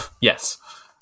yes